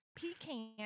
Pecan